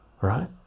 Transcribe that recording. right